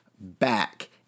back